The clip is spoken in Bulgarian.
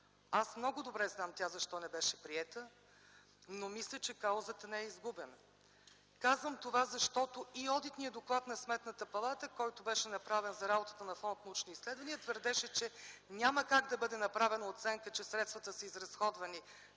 Аз много добре знам защо тя не беше приета, но мисля, че каузата не е изгубена. Казвам това, защото и одитният доклад на Сметната палата, който беше направен, за работата на фонд „Научни изследвания” твърдеше, че няма как да бъде направена оценка, че средствата са изразходвани